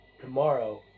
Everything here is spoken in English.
Tomorrow